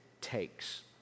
takes